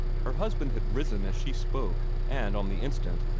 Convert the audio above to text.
her husband had risen as she spoke, and on the instant,